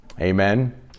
amen